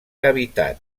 habitat